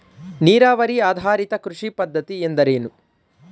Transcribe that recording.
ನೀರಾವರಿ ಆಧಾರಿತ ಕೃಷಿ ಪದ್ಧತಿ ಎಂದರೇನು?